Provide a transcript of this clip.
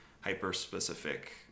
hyper-specific